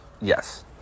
Yes